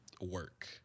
work